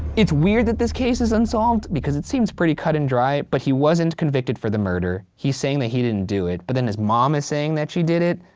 it's weird that this case is unsolved because it seems pretty cut and dry but he wasn't convicted for the murder. he's saying that he didn't do it but then his mom is saying that she did it?